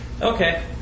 Okay